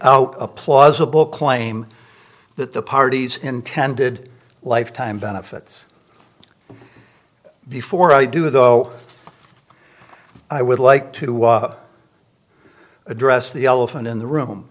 a plausible claim that the parties intended lifetime benefits before i do though i would like to address the elephant in the room